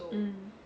mm